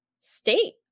State